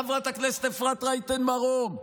חברת הכנסת אפרת רייטן מרום,